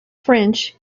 french